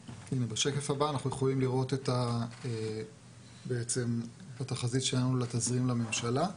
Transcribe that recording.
בשקף הבא אנחנו יכולים לראות את התחזית שלנו לתזרים לממשלה.